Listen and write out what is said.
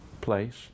place